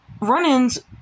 run-ins